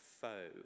foe